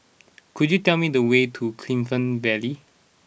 could you tell me the way to Clifton Vale